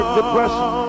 depression